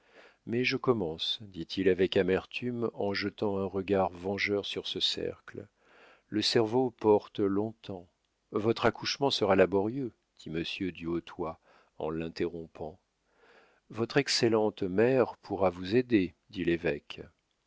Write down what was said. mais je commence dit-il avec amertume en jetant un regard vengeur sur ce cercle le cerveau porte longtemps votre accouchement sera laborieux dit monsieur du hautoy en l'interrompant votre excellente mère pourra vous aider dit l'évêque